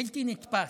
בלתי נתפס,